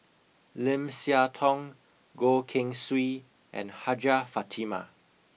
Lim Siah Tong Goh Keng Swee and Hajjah Fatimah